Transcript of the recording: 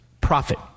profit